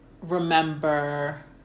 remember